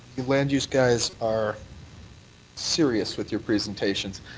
you land use guys are serious with your presentations.